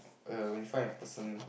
err when you find a person